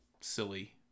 silly